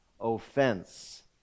offense